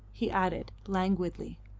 he added languidly.